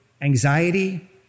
anxiety